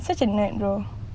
such a nerd no